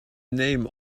name